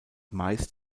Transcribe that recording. meist